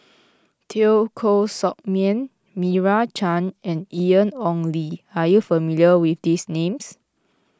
Teo Koh Sock Miang Meira Chand and Ian Ong Li are you familiar with these names